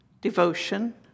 Devotion